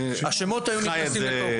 השמות היו --- אני חי את זה.